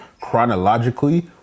chronologically